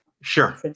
Sure